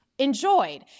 enjoyed